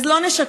אז לא נשקר,